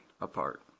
apart